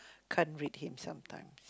can't read him sometimes